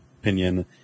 opinion